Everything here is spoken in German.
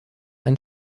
ein